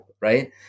right